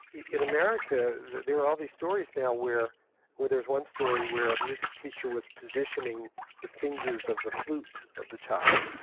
in america, there are all these stories now where where there's one story where a music teacher was positioning the fingers of the flute of the child,